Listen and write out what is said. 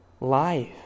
life